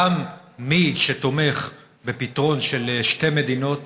גם מי שתומך בפתרון של שתי מדינות,